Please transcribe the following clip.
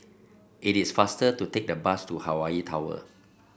it is faster to take the bus to Hawaii Tower